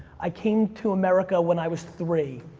i came to america when i was three.